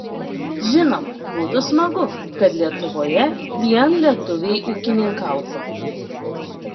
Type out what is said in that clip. žinoma būtų smagu kad lietuvoje vien lietuviai ūkininkautų